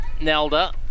Nelda